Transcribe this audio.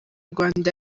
rwanda